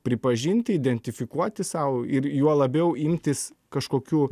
pripažinti identifikuoti sau ir juo labiau imtis kažkokių